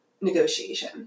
negotiation